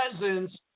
presence